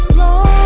long